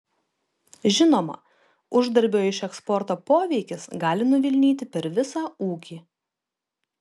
žinoma uždarbio iš eksporto poveikis gali nuvilnyti per visą ūkį